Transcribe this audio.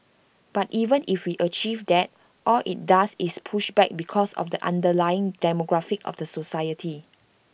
but even if we achieve that all IT does is push back because of the underlying demographic of the society